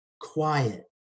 quiet